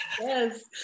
Yes